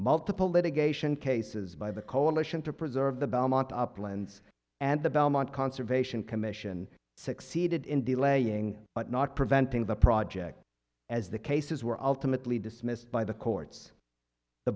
multiple litigation cases by the coalition to preserve the belmont uplands and the belmont conservation commission succeeded in delaying but not preventing the project as the cases were ultimately dismissed by the courts the